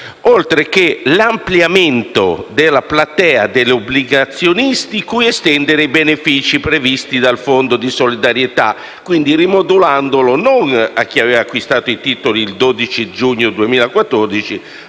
oltre che l'ampliamento della platea degli obbligazionisti cui estendere i benefici previsti dal fondo di solidarietà, rimodulando il termine di acquisto dei titoli dal 12 giugno 2014